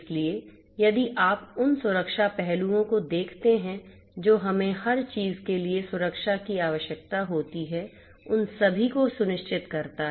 इसलिए यदि आप उन सुरक्षा पहलुओं को देखते हैं जो हमें हर चीज के लिए सुरक्षा की आवश्यकता होती है उन सभी को यह सुनिश्चित करता है